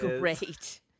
Great